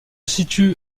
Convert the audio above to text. situe